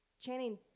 Channing